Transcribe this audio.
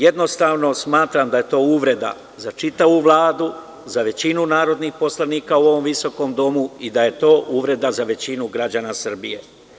Jednostavno smatram da je to uvreda za čitavu Vladu, za većinu narodnih poslanika u ovom visokom Domu i da je to uvreda za većinu građana Srbije.